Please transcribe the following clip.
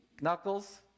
knuckles